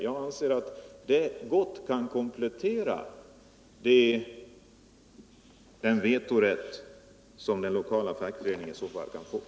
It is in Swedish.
Jag anser att det skulle vara en god komplettering till den vetorätt som den lokala fackföreningen eventuellt får.